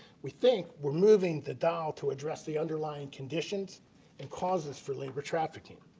we think, we are moving the dial to address the underlying conditions and causes for labor trafficking.